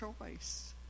choice